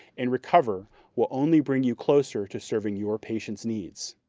and recover will only bring you closer to serving your patients' needs.